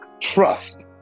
trust